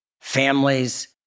families